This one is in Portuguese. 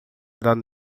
dando